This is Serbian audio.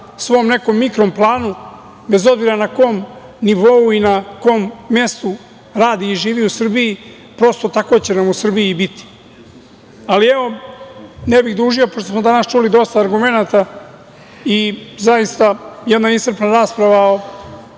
svom nekom mikro planu, bez obzira na kom nivou i na kom mestu radi i živi u Srbiji, prosto, tako će nam u Srbiji biti. Evo, ne bih dužio, pošto smo danas čuli dosta argumenata i zaista jedna iscrpna rasprava o